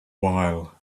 while